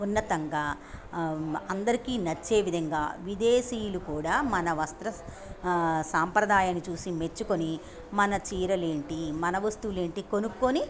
ఉన్నతంగా అందరికీ నచ్చే విధంగా విదేశీయులు కూడా మన వస్త్ర సాంప్రదాయాన్ని చూసి మెచ్చుకొని మన చీరలేంటి మన వస్తువులేంటి కొనుక్కొని